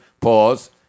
Pause